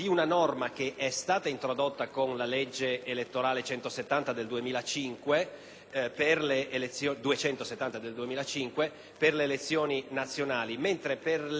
2005per le elezioni nazionali, mentre per le elezioni europee vige ancora la vecchia norma, che riporta nell'Allegato B)